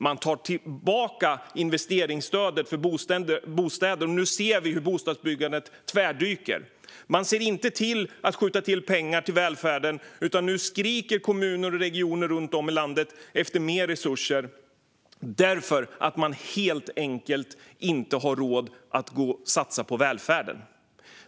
Man drar tillbaka investeringsstödet för bostäder, och nu ser vi hur bostadsbyggandet tvärdyker. Man skjuter inte till pengar till välfärden. Nu skriker kommuner och regioner runt om i landet efter mer resurser eftersom man helt enkelt inte har råd att satsa på välfärden.